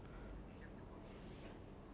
now we are okay already